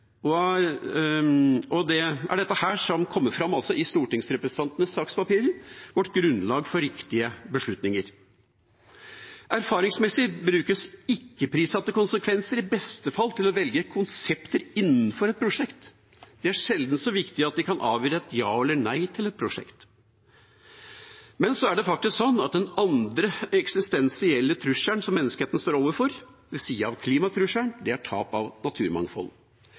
Og det er dette som kommer fram i stortingsrepresentantenes sakspapirer, vårt grunnlag for riktige beslutninger. Erfaringsmessig brukes ikke-prissatte konsekvenser i beste fall til å velge konsepter innenfor et prosjekt. De er sjelden så viktige at de kan avgjøre et ja eller et nei til et prosjekt. Den andre eksistensielle trusselen som menneskeheten står overfor, ved siden av klimatrusselen, er tap av naturmangfold